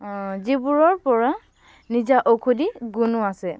যিবোৰৰ পৰা নিজা ঔষধী গুণো আছে